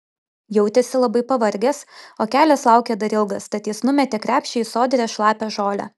jautėsi labai pavargęs o kelias laukė dar ilgas tad jis numetė krepšį į sodrią šlapią žolę